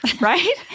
right